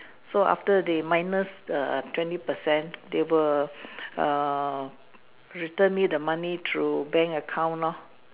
so after they minus the twenty percent they will err return me the money through bank account lor